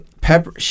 Pepper